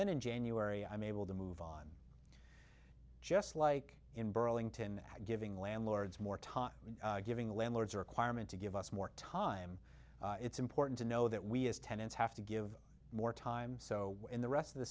then in january i'm able to move on just like in burlington giving landlords more time giving landlords requirement to give us more time it's important to know that we as tenants have to give more time so when the rest of the